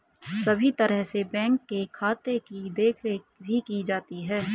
सभी तरह से बैंक के खाते की देखरेख भी की जाती है